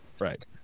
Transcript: Right